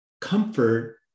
comfort